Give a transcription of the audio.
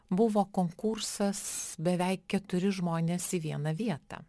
buvo konkursas beveik keturi žmonės į vieną vietą